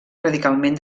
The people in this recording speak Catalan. radicalment